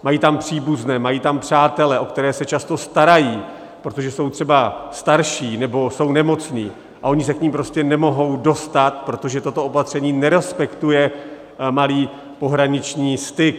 Mají tam příbuzné, mají tam přátele, o které se často starají, protože jsou třeba starší nebo jsou nemocní, a oni se k nim prostě nemohou dostat, protože toto opatření nerespektuje malý pohraniční styk.